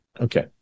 okay